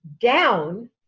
down